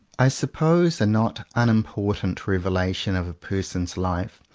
i suppose a not unimportant revelation of a person's life,